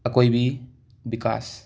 ꯑꯀꯣꯏꯕꯤ Vikas